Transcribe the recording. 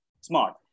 smart